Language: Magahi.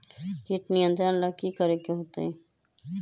किट नियंत्रण ला कि करे के होतइ?